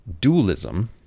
dualism